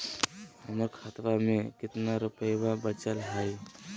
हमर खतवा मे कितना रूपयवा बचल हई?